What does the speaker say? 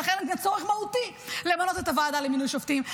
ולכן אין צורך מהותי לכנס את הוועדה למינוי שופטים.